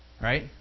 Right